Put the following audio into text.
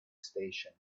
station